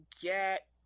get